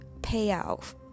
payout